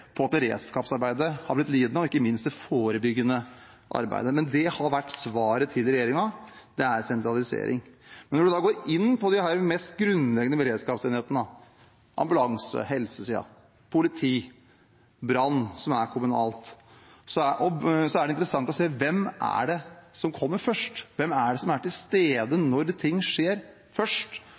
over at beredskapsarbeidet har blitt lidende, og ikke minst det forebyggende arbeidet. Men det har vært svaret til regjeringen: sentralisering. Når man da går inn på de mest grunnleggende beredskapsenhetene: ambulanse, helsesiden, politi og brann, som er kommunalt, er det interessant å se: Hvem er det som kommer først? Hvem er det som kommer først til stedet når ting skjer? Det er i all hovedsak brannvesenet som er først